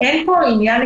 הרי אין פה אפידמיולוגי,